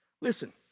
listen